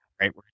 right